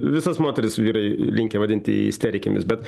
visas moteris vyrai linkę vadinti isterikėmis bet